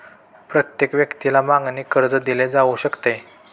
प्रत्येक व्यक्तीला मागणी कर्ज दिले जाऊ शकते